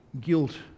guilt